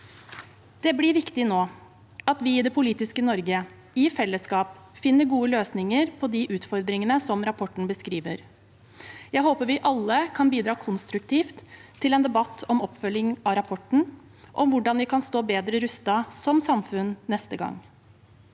Det blir viktig nå at vi i det politiske Norge i fellesskap finner gode løsninger på de utfordringene som rapporten beskriver. Jeg håper vi alle kan bidra konstruktivt til en debatt om oppfølging av rapporten og om hvor